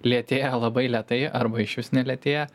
lėtėja labai lėtai arba išvis nelėtėja